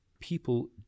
people